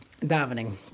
davening